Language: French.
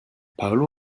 paolo